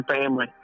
family